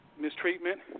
mistreatment